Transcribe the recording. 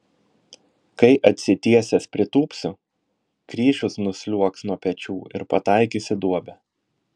kai atsitiesęs pritūpsiu kryžius nusliuogs nuo pečių ir pataikys į duobę